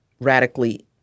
radically